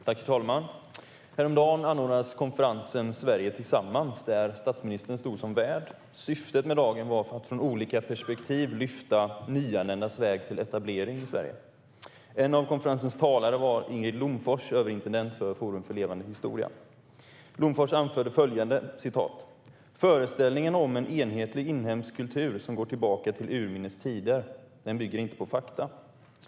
Herr talman! Häromdagen anordnades konferensen Sverige tillsammans, där statsministern stod som värd. Syftet med dagen var att utifrån olika perspektiv belysa nyanländas väg till etablering i Sverige. En av konferensens talare var Ingrid Lomfors, överintendent för Forum för levande historia. Lomfors anförde följande: "Föreställningen om att det skulle finnas en enhetlig inhemsk kultur som går tillbaka till urminnes tider, den bygger inte på fakta."